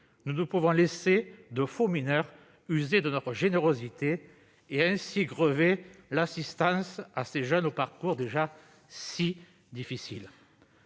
Nous ne pouvons laisser de faux mineurs user de notre générosité et ainsi grever l'assistance à ces jeunes au parcours déjà si difficile.